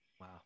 Wow